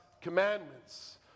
commandments